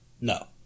No